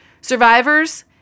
Survivors